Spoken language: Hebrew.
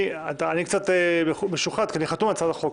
אני קצת משוחד, כי אני חתום על הצעת החוק